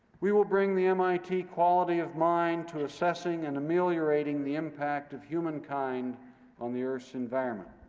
we will bring the mit quality of mind to assessing and ameliorating the impact of humankind on the earth's environment.